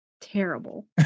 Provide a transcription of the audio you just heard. Terrible